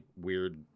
weird